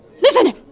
Listen